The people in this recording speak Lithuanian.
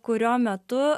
kurio metu